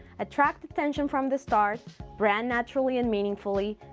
attract attention from the start, brand naturally and meaningfully,